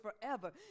forever